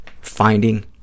finding